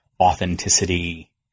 authenticity